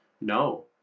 No